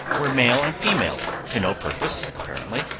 were male and female, to no purpose, apparently,